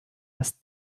das